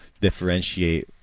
differentiate